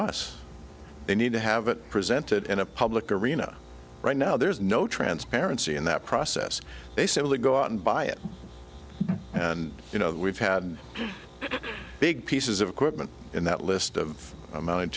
us they need to have it presented in a public arena right now there's no transparency in that process they simply go out and buy it and you know we've had big pieces of equipment in that list of a